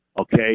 Okay